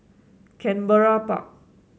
Canberra Park